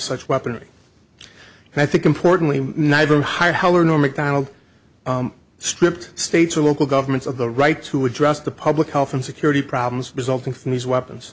such weaponry and i think importantly neither hired heller nor mcdonald stripped states or local governments of the right to address the public health and security problems resulting from these weapons